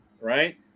right